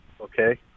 okay